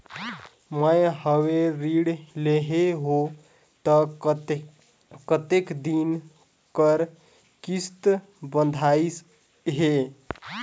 मैं हवे ऋण लेहे हों त कतेक दिन कर किस्त बंधाइस हे?